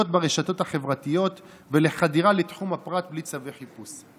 ברשתות החברתיות ולחדירה לתחום הפרט בלי צווי חיפוש.